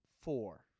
four